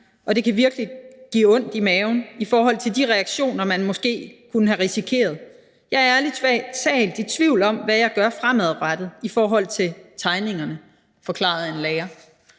Og kan virkelig godt give ondt i maven i forhold til de reaktioner, man måske kunne have risikeret. Og jeg er ærlig talt i tvivl om, hvad jeg gør fremadrettet i forhold til tegningerne, forklarer en lærer.«